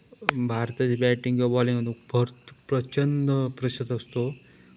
भारताची बॅटिंग किंवा बॉलिंग भ प्रचंड प्रेक्षक असतो